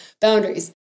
boundaries